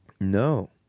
No